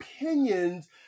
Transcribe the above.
opinions